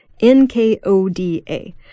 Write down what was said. N-K-O-D-A